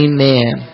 Amen